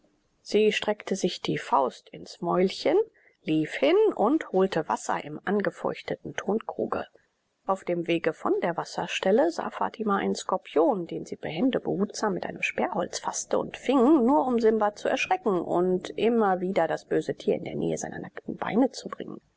sie steckte sich die faust ins mäulchen lief hin und holte wasser im angefeuchteten tonkruge auf dem wege von der wasserstelle sah fatima einen skorpion den sie behende behutsam mit einem sperrholz faßte und fing nur um simba zu erschrecken und immer wieder das böse tier in die nähe seiner nackten beine zu bringen